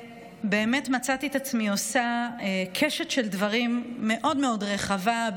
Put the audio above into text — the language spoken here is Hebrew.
ומצאתי את עצמי עושה קשת של דברים מאוד מאוד רחבה,